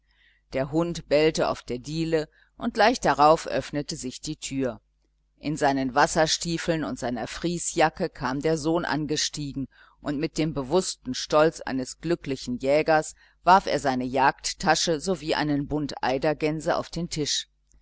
der hund bellte auf der diele und gleich darauf öffnete sich die tür in seinen wasserstiefeln und seiner friesjacke kam der sohn angestiegen und mit dem bewußten stolz eines glücklichen jägers warf er seine jagdtasche sowie ein bund eidergänse auf den tisch